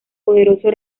poderoso